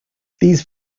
these